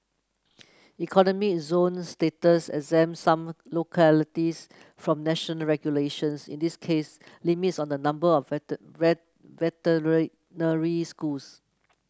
economic zone status exempts some localities from national regulations in this case limits on the number of veterinary schools